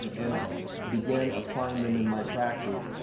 um and began applying them in my practice,